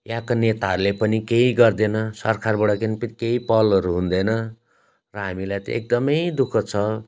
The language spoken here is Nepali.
यहाँको नेताहरूले पनि केही गर्दैन सरकारबाट गेन पेत केही पहलहरू हुँदैन र हामीलाई चाहिँ एकदमै दुःख छ